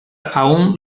aún